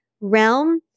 realm